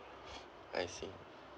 I see